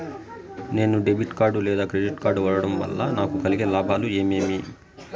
నేను debit card లేదా credit card వాడడం వల్ల నాకు కలిగే లాభాలు ఏమేమీ?